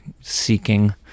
seeking